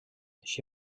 així